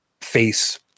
face